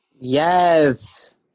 yes